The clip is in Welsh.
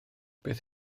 beth